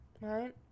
right